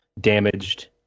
damaged